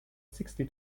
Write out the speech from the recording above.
sixty